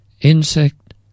insect